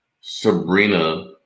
Sabrina